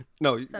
No